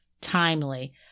timely